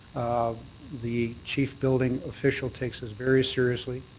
the chief building official takes this very seriously,